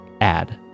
add